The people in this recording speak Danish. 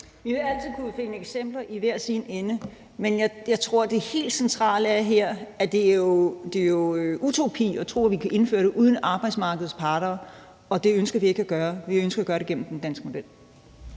Vi vil altid kunne finde eksempler i hver sin ende. Men jeg tror, at det helt centrale her er, at det er en utopi at tro, at vi kan indføre det uden arbejdsmarkedets parter. Det ønsker vi ikke at gøre; vi ønsker at gøre det gennem den danske model.